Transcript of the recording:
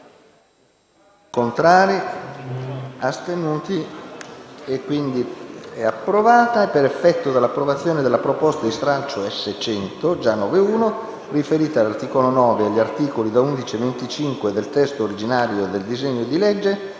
Commissione. **È approvata.** Per effetto dell'approvazione della proposta di stralcio S.100, riferita all'articolo 9 e agli articoli da 11 a 25 del testo originario del disegno di legge,